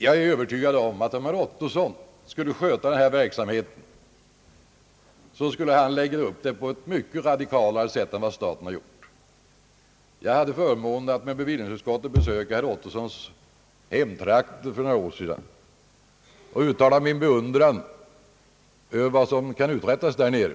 Jag är övertygad om att om herr Ottosson skulle sköta den här verksamheten, skulle han organisera den på ett mycket radikalare sätt än vad staten har gjort. Jag hade förmånen att med bevillningsutskottet besöka herr Ottossons hemtrakter för några år sedan och uttalade då min beundran över vad som kan uträttas där nere.